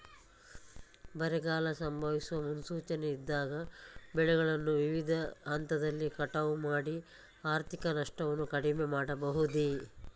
ಬರಗಾಲ ಸಂಭವಿಸುವ ಮುನ್ಸೂಚನೆ ಇದ್ದಾಗ ಬೆಳೆಗಳನ್ನು ವಿವಿಧ ಹಂತದಲ್ಲಿ ಕಟಾವು ಮಾಡಿ ಆರ್ಥಿಕ ನಷ್ಟವನ್ನು ಕಡಿಮೆ ಮಾಡಬಹುದೇ?